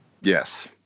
Yes